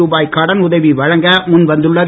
ருபாய் கடன் உதவி வழங்க முன் வந்துள்ளது